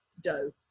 dough